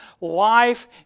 Life